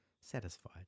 satisfied